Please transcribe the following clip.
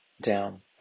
down